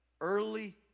early